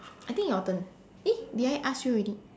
I think your turn eh did I ask you already